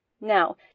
Now